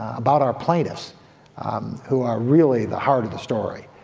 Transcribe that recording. about our plaintiffs who are really the heart of the story.